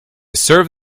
serve